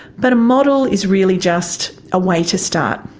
but a model is really just a way to start.